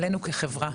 עלינו כחברה.